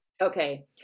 Okay